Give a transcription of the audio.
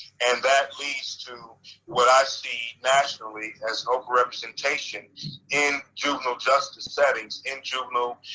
and that leads to what i see nationally as over representation in juvenile justice settings in juvenile